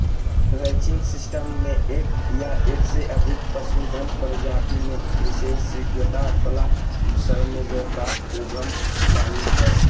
ranching system मे एक या एक से अधिक पशुधन प्रजाति मे विशेषज्ञता वला श्रमव्यापक उद्यम शामिल हय